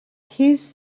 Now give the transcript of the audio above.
his